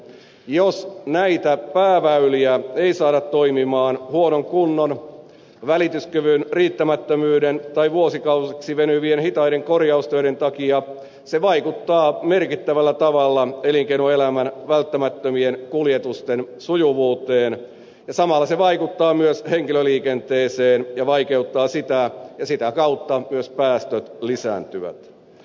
jos näitä pääväyliä ei saada toimimaan huonon kunnon välityskyvyn riittämättömyyden tai vuosikausiksi venyvien hitaiden korjaustöiden takia se vaikuttaa merkittävällä tavalla elinkeinoelämän välttämättömien kuljetusten sujuvuuteen ja samalla se vaikuttaa myös henkilöliikenteeseen ja vaikeuttaa sitä ja sitä kautta myös päästöt lisääntyvät